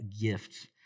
gift